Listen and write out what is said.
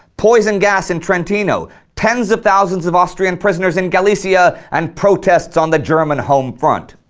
poison gas in trentino, tens of thousands of austrian prisoners in galicia, and protests on the german home front.